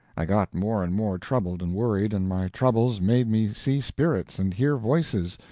i got more and more troubled and worried, and my troubles made me see spirits and hear voices,